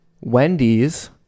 Wendy's